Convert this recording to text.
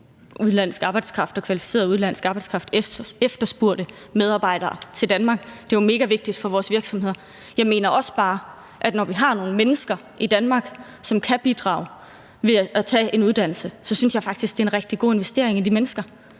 få kvalificeret udenlandsk arbejdskraft, efterspurgte medarbejdere, til Danmark. Det er jo megavigtigt for vores virksomheder. Jeg mener også bare, at når vi har nogle mennesker i Danmark, som kan bidrage ved at tage en uddannelse, så synes jeg faktisk, det er en rigtig god investering i de mennesker,